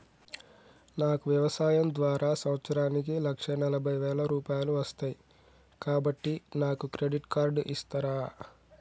నాకు వ్యవసాయం ద్వారా సంవత్సరానికి లక్ష నలభై వేల రూపాయలు వస్తయ్, కాబట్టి నాకు క్రెడిట్ కార్డ్ ఇస్తరా?